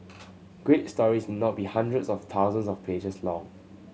great stories not be hundreds or thousands of pages long